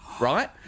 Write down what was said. Right